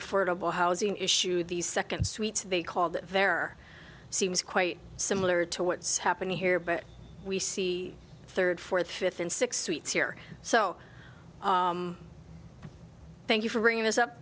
affordable housing issue the second suite they called there seems quite similar to what's happening here but we see third fourth fifth and sixth week here so thank you for bringing us up